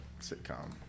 sitcom